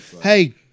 hey